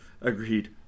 agreed